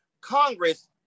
Congress